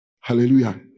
Hallelujah